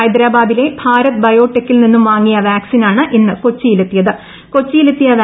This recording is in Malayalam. ഹൈദരാബാദിലെ ഭാരത് ബയോ ടെകിൽ നിന്നും വാങ്ങിയ വാക്സിനാണ് ഇന്ന് കൊച്ചിയിലെത്തിയത്